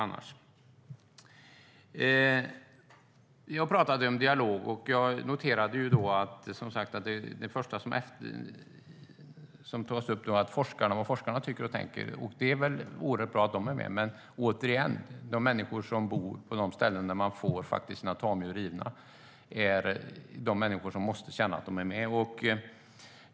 Jag pratade om dialog, och jag noterade som sagt att det första som tas upp är vad forskarna tycker och tänker. Det är väl oerhört bra att de är med, men återigen är det de människor som bor på ställen där man får sina tamdjur rivna som måste känna att de är med.